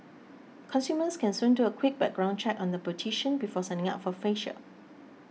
consumers can soon do a quick background check on their beautician before signing up for a facial